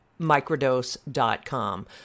microdose.com